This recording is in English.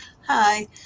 Hi